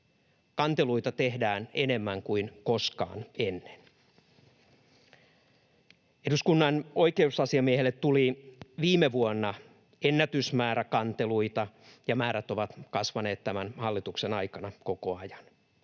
Kanteluita tehdään enemmän kuin koskaan ennen. Eduskunnan oikeusasiamiehelle tuli viime vuonna ennätysmäärä kanteluita, ja määrät ovat kasvaneet tämän hallituksen aikana koko ajan.